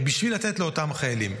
בשביל לתת לאותם חיילים.